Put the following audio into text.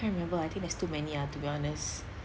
can't remember I think there's too many ah to be honest